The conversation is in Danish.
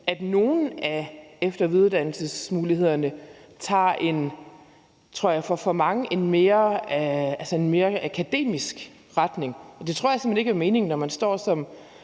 at nogle af efter- og videreuddannelsesmulighederne tager en, tror jeg, for for mange mere akademisk retning. Det tror jeg såmænd ikke er meningen, når man står som